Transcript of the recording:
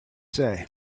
say